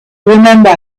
remember